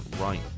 Right